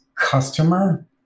customer